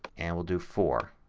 and we'll do four.